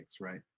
right